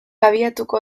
abiatuko